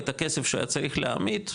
את הכסף שהוא היה צריך להעמיד,